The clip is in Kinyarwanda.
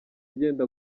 agenda